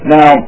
Now